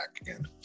again